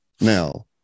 Now